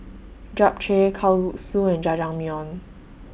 Japchae Kalguksu and Jajangmyeon